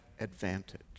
advantage